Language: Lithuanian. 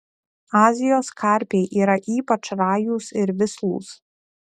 azijos karpiai yra ypač rajūs ir vislūs